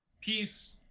peace